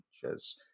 features